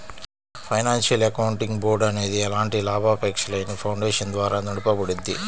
financial accounting board అనేది ఎలాంటి లాభాపేక్షలేని ఫౌండేషన్ ద్వారా నడపబడుద్ది